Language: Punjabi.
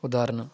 ਉਦਾਹਰਨ